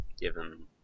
given